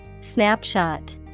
Snapshot